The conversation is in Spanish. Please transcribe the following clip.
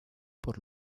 por